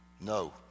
No